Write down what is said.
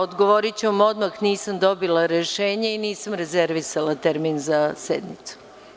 Odgovoriću vam odmah, nisam dobila rešenje i nisam rezervisala termin za sednicu.